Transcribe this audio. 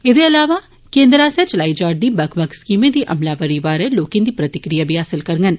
एदे इलावा केन्द्र आस्सेया चलाई जा रदी बक्ख बक्ख स्कीमें दी अमलावरी बारै लोकें दी प्रतिक्रिया बी हासल करगंन